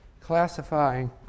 classifying